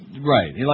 Right